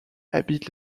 habitent